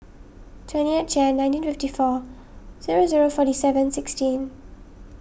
twentieth Jan nineteen fifty four zero zero forty seven sixteen